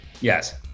Yes